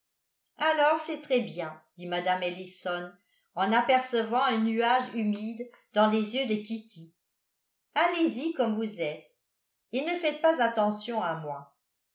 alors c'est très bien dit mme ellison en apercevant un nuage humide dans les yeux de kitty allez-y comme vous êtes et ne faites pas attention à moi